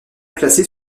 classés